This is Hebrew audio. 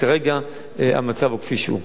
כרגע המצב הוא כפי שהוא.